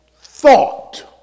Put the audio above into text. thought